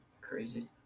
Crazy